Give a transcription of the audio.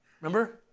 Remember